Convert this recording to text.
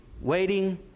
waiting